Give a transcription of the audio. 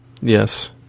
Yes